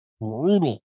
brutal